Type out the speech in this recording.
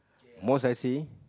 most I see